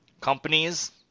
Companies